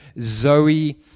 Zoe